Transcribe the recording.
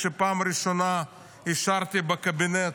כשבפעם הראשונה אישרתי בקבינט